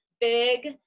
big